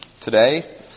today